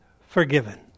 forgiven